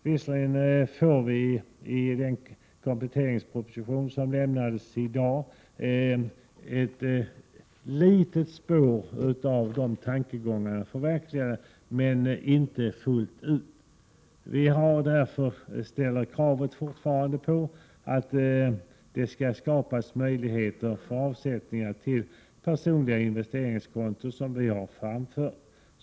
Visserligen innebär den komplette ringsproposition som avlämnades i dag att ett litet spår av de tankegångarna förverkligas — men inte fullt ut. Vi kräver därför fortfarande att det skall skapas möjligheter till avsättning på personliga investeringskonton.